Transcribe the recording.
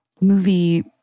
movie